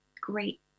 great